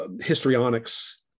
histrionics